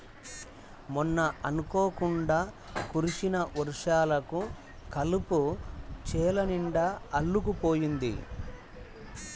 మొన్న అనుకోకుండా కురిసిన వర్షాలకు కలుపు చేలనిండా అల్లుకుపోయింది